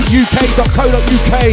uk.co.uk